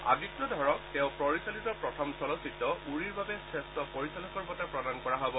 আদিত্য ধৰক তেওঁ পৰিচালিত প্ৰথম চলচ্চিত্ৰ উৰীৰ বাবে শ্ৰেষ্ঠ পৰিচালকৰ বঁটা প্ৰদান কৰা হ'ব